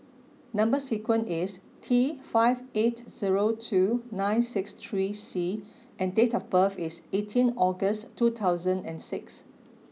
number sequence is T five eight zero two nine six three C and date of birth is eighteen August two thousand and six